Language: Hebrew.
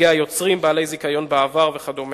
נציגי היוצרים, בעלי זיכיון בעבר וכדומה.